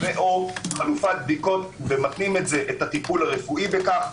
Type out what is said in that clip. חלופת בדיקות ומתנים את הטיפול הרפואי בכך.